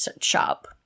shop